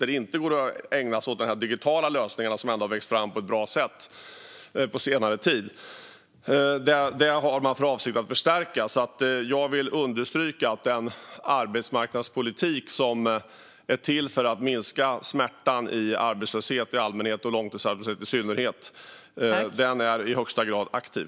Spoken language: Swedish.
Där går det inte att ägna sig åt de digitala lösningar som ändå har växt fram på ett bra sätt på senare tid. Detta har man för avsikt att förstärka. Jag vill alltså understryka att den arbetsmarknadspolitik som är till för att minska smärtan i arbetslöshet i allmänhet och i långtidsarbetslöshet i synnerhet är i högsta grad aktiv.